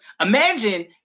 Imagine